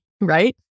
right